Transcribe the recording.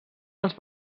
els